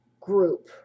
group